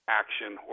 action